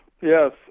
yes